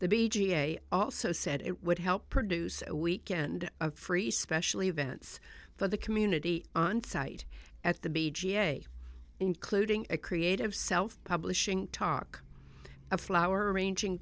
ga also said it would help produce a weekend of free special events for the community on site at the b j including a creative self publishing talk a flower arranging